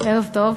ערב טוב.